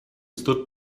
stood